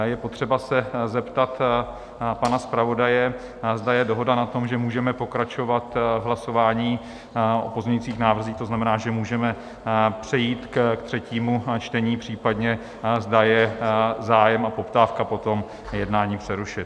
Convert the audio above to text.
Je potřeba se zeptat pana zpravodaje, zda je dohoda na tom, že můžeme pokračovat v hlasování o pozměňovacích návrzích, to znamená, že můžeme přejít k třetímu čtení, případně zda je zájem a poptávka po tom, jednání přerušit?